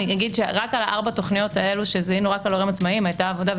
רק על ארבע התוכניות האלו שזיהינו רק על הורים עצמאיים הייתה עבודה,